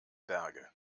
berge